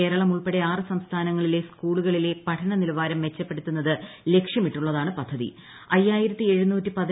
കേരളം ഉൾപ്പെടെ ആറ് സംസ്ഥാനങ്ങളിലെ സ്കൂളുകളിലെ പഠനന്റിലവാരം മെച്ചപ്പെടുത്തുന്നത് ലക്ഷ്യമിട്ടുള്ളതാണ്ട് പ്പിട്ടുതി